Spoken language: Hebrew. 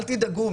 אל תדאגו,